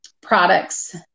products